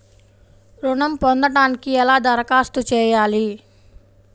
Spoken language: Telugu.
ఋణం పొందటానికి ఎలా దరఖాస్తు చేయాలి?